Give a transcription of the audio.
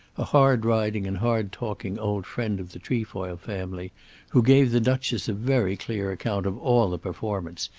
a hard-riding and hard-talking old friend of the trefoil family who gave the duchess a very clear account of all the performance,